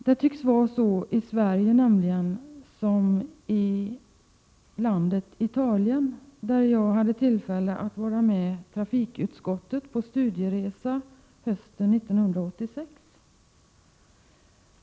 Det tycks vara på samma sätt i Sverige som i landet Italien, där jag var med trafikutskottet på en studieresa hösten 1986.